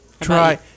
Try